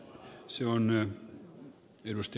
arvoisa puhemies